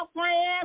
friends